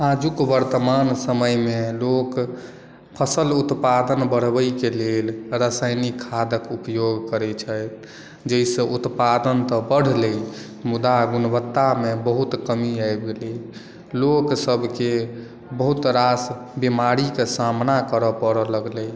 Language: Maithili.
आजुक वर्तमान समय मे लोक फसल उत्पादन बढबै के लेल रासायनिक खादक उपयोग करै छथि जाहिसॅं उत्पादन त बढ़लै मुदा गुणवत्ता मे बहुत कमी आबि गेलै लोकसब के बहुत रास बीमारी के सामना करय परऽ लगलै